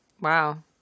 Wow